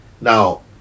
Now